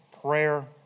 Prayer